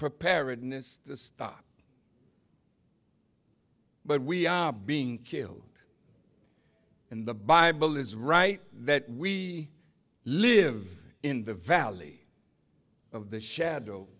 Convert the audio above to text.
preparedness to stop but we are being killed and the bible is right that we live in the valley of the shadow